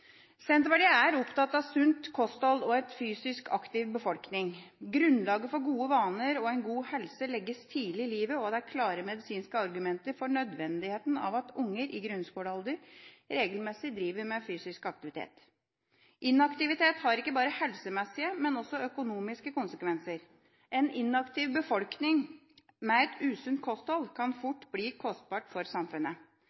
Senterpartiet er opptatt av sunt kosthold og en fysisk aktiv befolkning. Grunnlaget for gode vaner og en god helse legges tidlig i livet, og det er klare medisinske argumenter for nødvendigheten av at unger i grunnskolealder regelmessig driver med fysisk aktivitet. Inaktivitet har ikke bare helsemessige, men også økonomiske konsekvenser. En inaktiv befolkning med et usunt kosthold kan